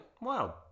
Wow